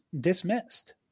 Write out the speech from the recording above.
dismissed